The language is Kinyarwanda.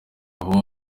aho